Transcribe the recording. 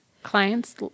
clients